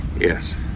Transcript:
yes